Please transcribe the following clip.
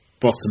bottom